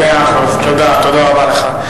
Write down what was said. מאה אחוז, תודה רבה לך.